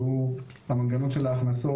שהוא המנגנון של ההכנסות.